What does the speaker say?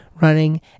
running